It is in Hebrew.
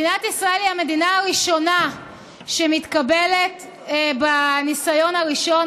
מדינת ישראל היא המדינה הראשונה שמתקבלת בניסיון הראשון,